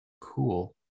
cool